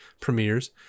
premieres